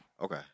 Okay